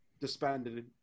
disbanded